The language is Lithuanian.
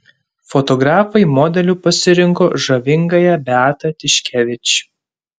fotografai modeliu pasirinko žavingąją beatą tiškevič